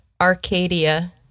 arcadia